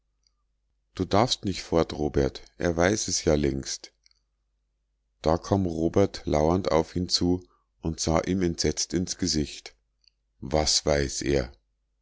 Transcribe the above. du darfst nich fort robert er weiß es ja längst da kam robert lauernd auf ihn zu und sah ihm entsetzt ins gesicht was weiß er